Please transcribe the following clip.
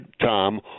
Tom